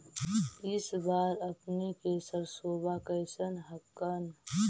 इस बार अपने के सरसोबा कैसन हकन?